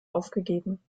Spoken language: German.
aufgegeben